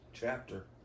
chapter